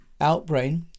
Outbrain